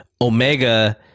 Omega